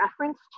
reference